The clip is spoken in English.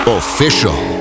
official